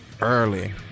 early